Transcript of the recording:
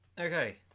Okay